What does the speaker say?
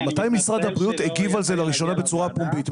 מתי משרד הבריאות הגיב על זה לראשונה בצורה פומבית?